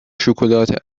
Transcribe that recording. شکلات